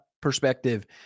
perspective